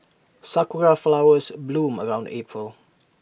Sakura Flowers bloom around April